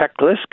checklist